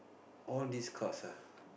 all of this cards ah